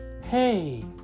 hey